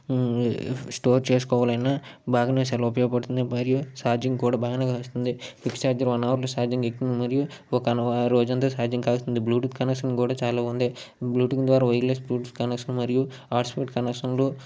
store చేసుకోవాలి అన్నా బాగానే చాలా ఉపయోగపడుతున్నాయి మరియు ఛార్జింగ్ కూడా బాగానే వస్తుంది క్విక్ చార్జర్ వన్ హావర్లో ఛార్జింగ్ ఎక్కుతుంది మరియు ఒక రోజంతా ఛార్జింగ్ కాస్తుంది బ్లూటూత్ కనెక్షన్ కూడా చాలా ఉంది బ్లూ టింగ్ ద్వారా వైర్లెస్ బ్లూటూత్ కనెక్షన్ మరియు హాట్స్పాట్ కనెక్షన్లు